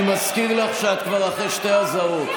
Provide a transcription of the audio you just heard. אני מזכיר לך שאת כבר אחרי שתי אזהרות.